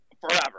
forever